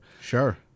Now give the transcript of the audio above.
Sure